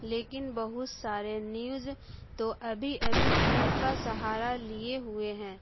لیکن بہت سارے نیوز تو ابھی ابھی جھوٹ کا سہارا لیے ہوئے ہے